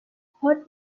hot